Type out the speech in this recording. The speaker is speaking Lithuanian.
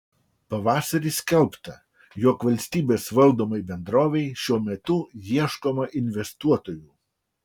pavasarį skelbta jog valstybės valdomai bendrovei šiuo metu ieškoma investuotojų